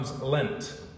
Lent